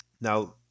Now